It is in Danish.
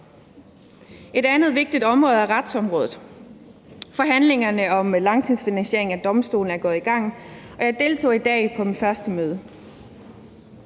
Et andet vigtigt område er retsområdet. Forhandlingerne om langtidsfinansieringen af domstolene er gået i gang, og jeg deltog i dag i mit første møde.